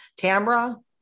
Tamra